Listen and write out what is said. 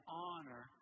honor